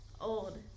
old